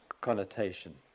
connotation